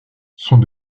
sont